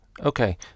Okay